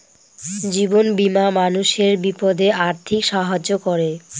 জীবন বীমা মানুষের বিপদে আর্থিক সাহায্য করে